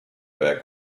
back